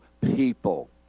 people